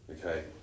Okay